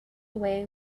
away